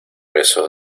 beso